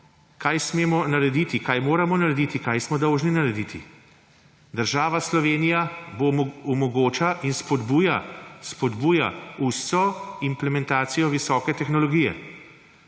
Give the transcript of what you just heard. kaj smemo narediti, kaj moramo narediti, kaj smo dolžni narediti. Država Slovenija omogoča in spodbuja vso implementacijo visoke tehnologije,